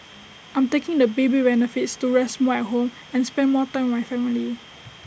I'm taking the baby benefits to rest more at home and spend more time with my family